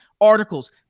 articles